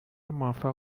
موفق